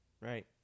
right